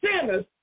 sinners